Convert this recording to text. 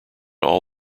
all